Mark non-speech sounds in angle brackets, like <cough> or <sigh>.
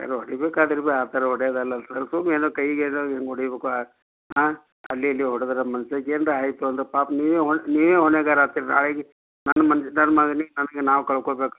sir ಹೊಡಿಬೇಕಾದ್ರ ಭೀ ಆ ಥರ ಹೊಡಿಯೋದಲ್ಲಲ್ ಸರ್ ಸುಮ್ನೆ ಏನೋ ಕೈಗೆ ಏನೋ ಹಿಂಗ್ ಹೊಡೀಬೇಕು ಹಾಂ ಅಲ್ಲಿ ಇಲ್ಲಿ ಹೊಡೆದ್ರೆ ಮನ್ಶ್ಯಗ ಏನರ ಆಯ್ತು ಅಂದ್ರೆ ಪಾಪ ನೀವು ಹೊಣೆ ನೀವೇ ಹೊಣೆಗಾರ ಆತೀರಿ ನಾಳೆಗೆ <unintelligible> ನನ್ನ ಮಗ್ನಿಗೆ ನಮಗೆ ನಾವು ಕಳ್ಕೋಬೇಕಾಗುತ್ತೆ